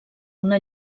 una